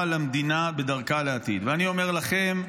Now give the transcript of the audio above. למדינה בדרכה לעתיד." ואני אומר לכם,